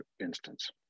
instance